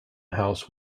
house